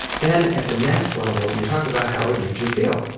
then, at the next level, you talk about how it made you feel.